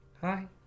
Hi